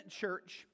church